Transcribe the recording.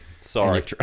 sorry